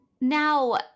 Now